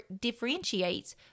differentiates